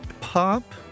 pop